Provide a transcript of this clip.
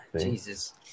Jesus